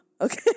okay